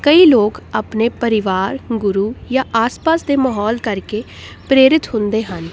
ਕਈ ਲੋਕ ਆਪਣੇ ਪਰਿਵਾਰ ਗੁਰੂ ਜਾਂ ਆਸ ਪਾਸ ਦੇ ਮਾਹੌਲ ਕਰਕੇ ਪ੍ਰੇਰਿਤ ਹੁੰਦੇ ਹਨ